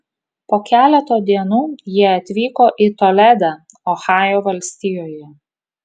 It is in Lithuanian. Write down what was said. po keleto dienų jie atvyko į toledą ohajo valstijoje